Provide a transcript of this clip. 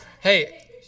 Hey